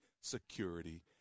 security